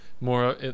more